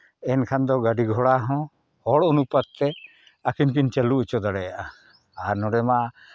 ᱮᱱᱠᱷᱟᱱ ᱫᱚ ᱜᱟᱹᱰᱤ ᱜᱷᱚᱲᱟ ᱦᱚᱸ ᱦᱚᱲ ᱚᱱᱩᱯᱟᱛ ᱛᱮ ᱟᱹᱠᱤᱱ ᱠᱤᱱ ᱪᱟᱹᱞᱩ ᱦᱚᱪᱚ ᱫᱟᱲᱮᱭᱟᱜᱼᱟ ᱟᱨ ᱱᱚᱰᱮ ᱢᱟ